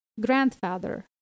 grandfather